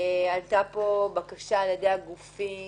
עלתה בקשה מצד הגופים